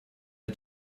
hat